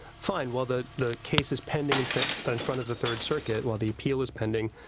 fine, while the the case is pending in front and front of the third circuit, while the appeal is pending,